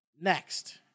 Next